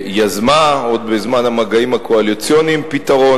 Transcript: יזמה, עוד בזמן המגעים הקואליציוניים, פתרון.